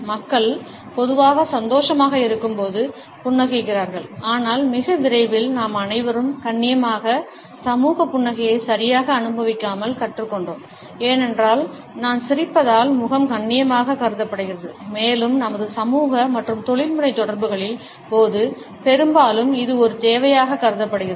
மக்கள் பொதுவாக சந்தோஷமாக இருக்கும்போது புன்னகைக்கிறார்கள் ஆனால் மிக விரைவில் நாம் அனைவரும் கண்ணியமாக சமூக புன்னகையை சரியாக அனுபவிக்காமல் கற்றுக் கொண்டோம் ஏனென்றால் நான் சிரிப்பதால் முகம் கண்ணியமாக கருதப்படுகிறது மேலும் நமது சமூக மற்றும் தொழில்முறை தொடர்புகளின் போது பெரும்பாலும் இது ஒரு தேவையாக கருதப்படுகிறது